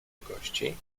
gości